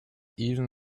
even